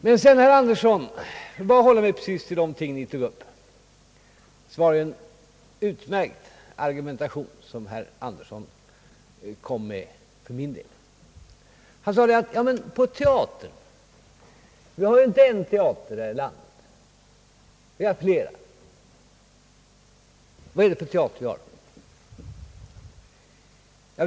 Sedan var det, herr Andersson, — jag håller mig bara precis till de argu ment ni tog upp — ett utmärkt argument som herr Andersson kom med för min del. Han sade beträffande teatrarna att vi inte har en teater här i landet, utan vi har flera. Vad är det för teatrar vi har?